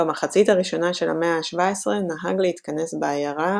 במחצית הראשונה של המאה ה-17 נהג להתכנס בעיירה